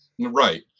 Right